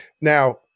Now